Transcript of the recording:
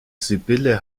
sibylle